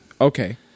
Okay